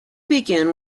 begin